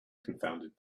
confounded